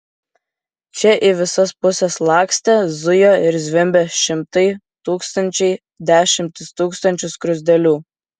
čia į visas puses lakstė zujo ir zvimbė šimtai tūkstančiai dešimtys tūkstančių skruzdėlių